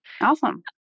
awesome